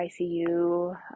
ICU